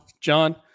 John